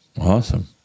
Awesome